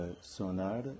sonar